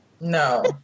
no